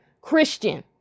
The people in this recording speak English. Christian